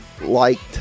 liked